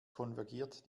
konvergiert